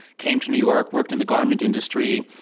came to new york, worked in the garment industry,